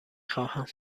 خواهم